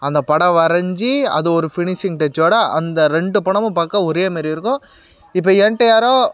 அந்த படம் வரைஞ்சி அது ஒரு ஃபினிஷிங் டச்சோடு அந்த ரெண்டு படமும் பார்க்க ஒரேமாரி இருக்கும் இப்போ என்கிட்ட யாரோ